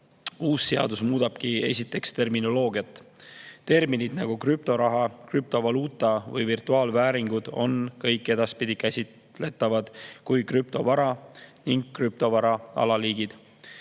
Uus seadus muudabki esiteks terminoloogiat. Terminid nagu krüptoraha, krüptovaluuta või virtuaalvääringud on kõik edaspidi käsitletavad kui krüptovara ning krüptovara alaliigid.